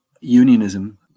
unionism